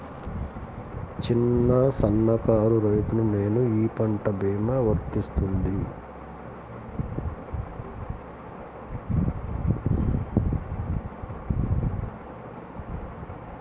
చిన్న సన్న కారు రైతును నేను ఈ పంట భీమా వర్తిస్తుంది?